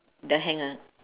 the hanger